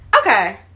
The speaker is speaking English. okay